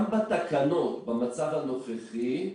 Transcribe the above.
גם בתקנות, במצב הנוכחי,